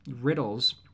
riddles